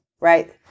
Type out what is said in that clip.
right